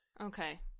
Okay